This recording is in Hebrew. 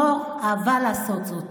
מור אהבה לעשות זאת.